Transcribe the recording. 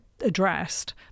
addressed